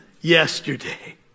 yesterday